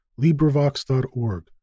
LibriVox.org